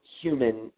human